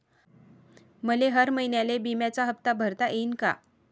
मले हर महिन्याले बिम्याचा हप्ता भरता येईन का?